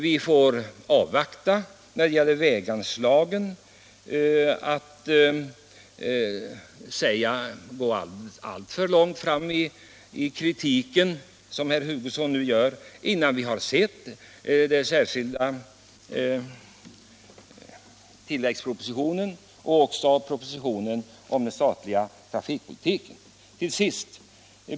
Vi får avvakta när det gäller väganslagen och inte gå alltför långt i kritik, som herr Hugosson nu gör, innan vi har sett den särskilda tilläggspropositionen och propositionen om den statliga trafikpolitiken.